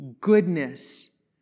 goodness